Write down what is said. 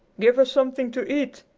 give her something to eat.